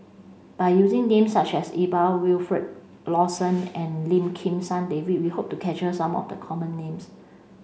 by using names such as Iqbal Wilfed Lawson and Lim Kim San David we hope to capture some of the common names